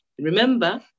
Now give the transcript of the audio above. Remember